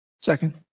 Second